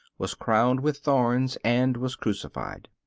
was crowned with thorns, and was crucified.